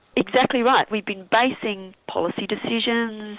exactly right, we've been basing policy decisions,